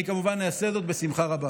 אני כמובן אעשה זאת בשמחה רבה.